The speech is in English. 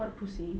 what a pussy